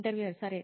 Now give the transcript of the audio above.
interviewer సరే